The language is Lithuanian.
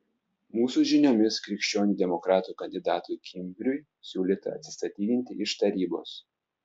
mūsų žiniomis krikščionių demokratų kandidatui kimbriui siūlyta atsistatydinti iš tarybos